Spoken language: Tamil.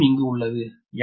நடுவம் இங்கு உள்ளது